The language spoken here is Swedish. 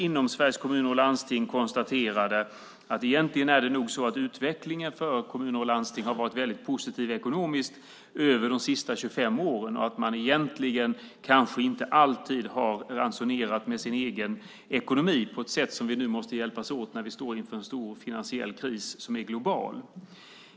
I Sveriges kommuner och landsting konstaterar man nämligen att utvecklingen för kommuner och landsting under de senaste 25 åren nog ekonomiskt egentligen varit väldigt positiv och att man kanske inte alltid har ransonerat sin egen ekonomi på ett sätt som vi nu måste hjälpas åt med när vi står inför en stor finansiell kris som är global.